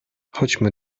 chodźmy